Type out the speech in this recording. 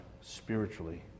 spiritually